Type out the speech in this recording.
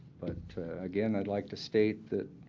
but again, i'd like to state that